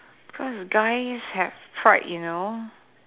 because guys have pride you know